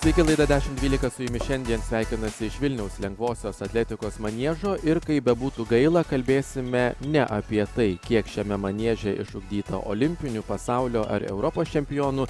sveiki laida dešimt dvylika su jumis šiandien sveikinasi iš vilniaus lengvosios atletikos maniežo ir kaip bebūtų gaila kalbėsime ne apie tai kiek šiame manieže išugdyta olimpinių pasaulio ar europos čempionų